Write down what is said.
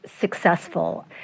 successful